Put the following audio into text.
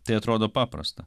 tai atrodo paprasta